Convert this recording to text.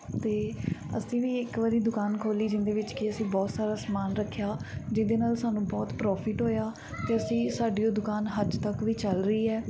ਅਤੇ ਅਸੀਂ ਵੀ ਇੱਕ ਵਾਰੀ ਦੁਕਾਨ ਖੋਲ੍ਹੀ ਜਿਹਦੇ ਵਿੱਚ ਕਿ ਅਸੀਂ ਬਹੁਤ ਸਾਰਾ ਸਮਾਨ ਰੱਖਿਆ ਜਿਹਦੇ ਨਾਲ ਸਾਨੂੰ ਬਹੁਤ ਪ੍ਰੋਫਿਟ ਹੋਇਆ ਅਤੇ ਅਸੀਂ ਸਾਡੀ ਉਹ ਦੁਕਾਨ ਹਜੇ ਤੱਕ ਵੀ ਚਲ ਰਹੀ ਹੈ